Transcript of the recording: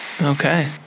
Okay